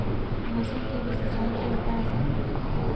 मौसम क भी सिंचाई के ऊपर असर पड़ला